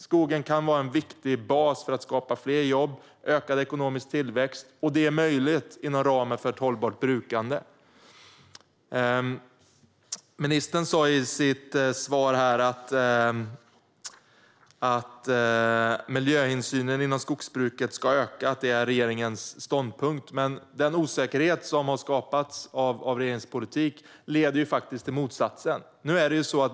Skogen kan vara en viktig bas för att skapa fler jobb och en ökad ekonomisk tillväxt, och det är möjligt inom ramen för ett hållbart brukande. Ministern sa i sitt svar att miljöhänsynen inom skogsbruket ska öka, det är regeringens ståndpunkt. Men den osäkerhet som har skapats genom regeringens politik leder faktiskt till motsatsen.